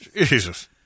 Jesus